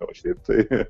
o šiaip tai